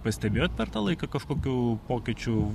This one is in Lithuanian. pastebėjot per tą laiką kažkokių pokyčių